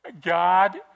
God